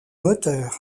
moteur